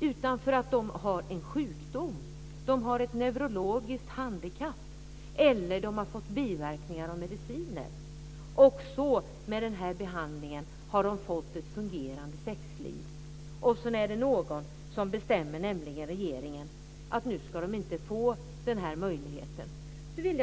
utan för att de har en sjukdom. De har ett neurologiskt handikapp eller har fått biverkningar av mediciner. Med denna behandling har de fått ett fungerande sexliv. Sedan är det någon, nämligen regeringen, som bestämmer att de inte ska få den möjligheten längre.